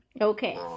Okay